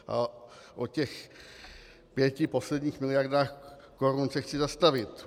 U těch pěti posledních miliard korun se chci zastavit.